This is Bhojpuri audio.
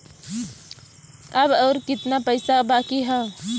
अब अउर कितना पईसा बाकी हव?